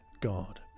God